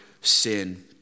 sin